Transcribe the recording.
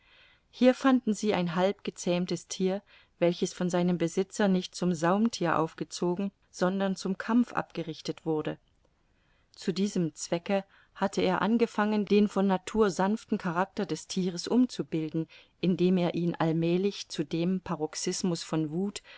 hier fanden sie ein halb gezähmtes thier welches von seinem besitzer nicht zum saumthier aufgezogen sondern zum kampf abgerichtet wurde zu diesem zwecke hatte er angefangen den von natur sanften charakter des thieres umzubilden indem er ihn allmälig zu dem paroxismus von wuth